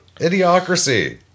Idiocracy